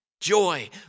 Joy